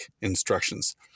instructions